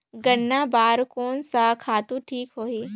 गन्ना बार कोन सा खातु ठीक होही?